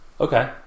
Okay